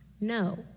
no